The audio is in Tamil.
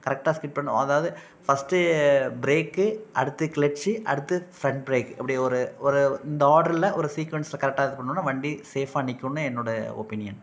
கரெக்டாக ஸ்கிட் பண்ணணும் அதாவது ஃபர்ஸ்ட்டு ப்ரேக்கு அடுத்து க்ளட்சு அடுத்து ஃப்ரெண்ட் ப்ரேக்கு இப்படி ஒரு ஒரு இந்த ஆர்டரில் ஒரு சீக்வென்ஸில் கரெக்டாக இது பண்ணிணோன்னா வண்டி சேஃபாக நிற்குன்னு என்னோடய ஒப்பீனியன்